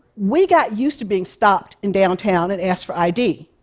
we got used to being stopped in downtown and asked for id,